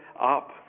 up